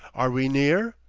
are we near?